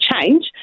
change